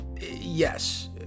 yes